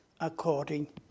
according